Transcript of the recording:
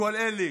כל אלה